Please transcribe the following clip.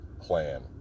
plan